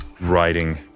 writing